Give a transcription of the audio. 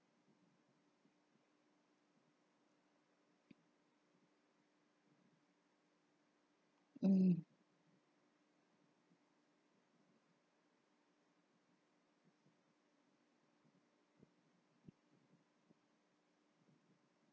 mm